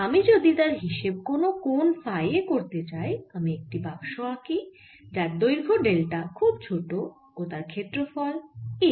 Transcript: আমি যদি তার হিসেব কোনও কোণ ফাই এ করতে চাই আমি একটি বাক্স আঁকি যার দৈর্ঘ ডেল্টা খুব ছোট ও তার ক্ষেত্রফল a